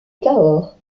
cahors